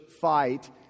fight